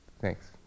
Thanks